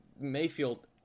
Mayfield